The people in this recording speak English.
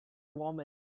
women